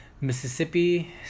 Mississippi